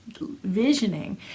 visioning